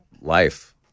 life